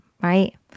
right